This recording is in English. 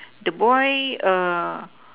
the boy